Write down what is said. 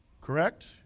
Correct